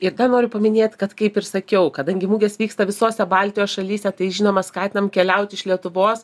ir noriu paminėt kad kaip ir sakiau kadangi mugės vyksta visose baltijos šalyse tai žinoma skatinam keliaut iš lietuvos